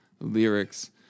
lyrics